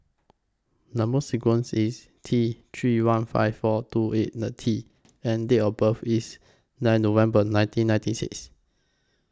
Number sequence IS T three one five four two eight nine T and Date of birth IS nine November nineteen ninety six